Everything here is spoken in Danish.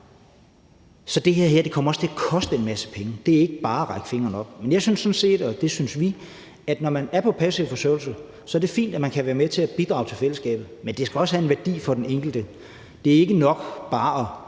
Så det her kommer også til at koste en masse penge – det er ikke bare at række fingeren op. Men vi synes sådan set, at når man er på passiv forsørgelse, så er det fint, at man kan være med til at bidrage til fællesskabet, men det skal også have en værdi for den enkelte. Det er ikke nok bare at